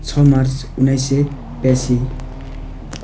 छ मार्च उन्नाइस सय बयासी